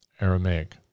Aramaic